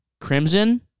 Crimson